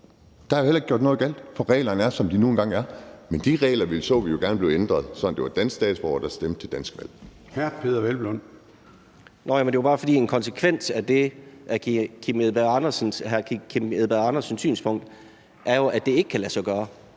Der var jo heller ikke gjort noget galt, for reglerne er jo, som de nu engang er. Men de regler så vi jo gerne blive ændret, sådan at det var danske statsborgere, der stemte til danske valg.